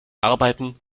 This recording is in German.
arbeiten